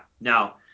Now